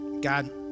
God